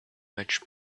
much